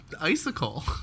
Icicle